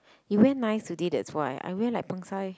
you wear nice today that's why I wear like pang-sai